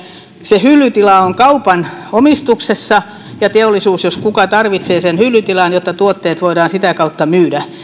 se hyllytila on kaupan omistuksessa ja teollisuus jos kuka tarvitsee sen hyllytilan jotta tuotteet voidaan sitä kautta myydä